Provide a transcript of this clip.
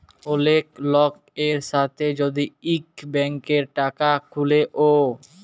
ওলেক লক এক সাথে যদি ইক ব্যাংকের খাতা খুলে ও